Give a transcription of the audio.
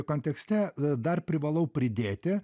kontekste dar privalau pridėti